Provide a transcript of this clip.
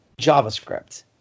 JavaScript